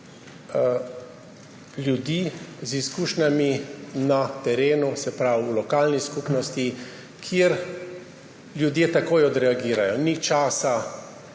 ljudi z izkušnjami na terenu, se pravi v lokalni skupnosti, kjer ljudje takoj odreagirajo. Ni časa